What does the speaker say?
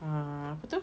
ah apa tu